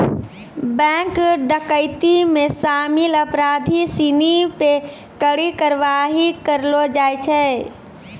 bank डकैती मे शामिल अपराधी सिनी पे कड़ी कारवाही करलो जाय छै